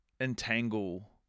entangle